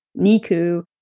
Niku